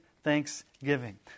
thanksgiving